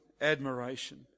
admiration